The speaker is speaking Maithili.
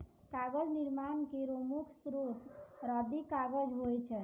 कागज निर्माण केरो मुख्य स्रोत रद्दी कागज होय छै